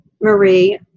Marie